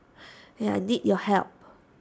I need your help